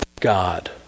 God